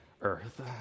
earth